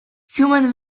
human